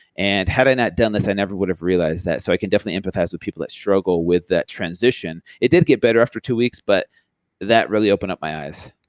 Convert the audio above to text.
and had i not done this, i never would have realized that. so i can definitely empathize with people that struggle with that transition. it did getter better after two weeks but that really opened up my eyes.